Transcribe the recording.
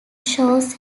shows